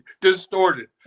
distorted